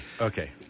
okay